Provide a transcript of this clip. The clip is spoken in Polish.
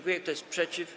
Kto jest przeciw?